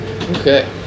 Okay